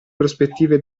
prospettive